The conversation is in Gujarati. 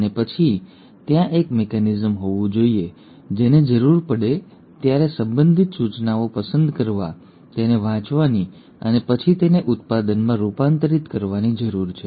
અને પછી ત્યાં એક મિકેનિઝમ હોવું જોઈએ જેને જરૂર પડે ત્યારે સંબંધિત સૂચનાઓ પસંદ કરવા તેને વાંચવાની અને પછી તેને ઉત્પાદનમાં રૂપાંતરિત કરવાની જરૂર છે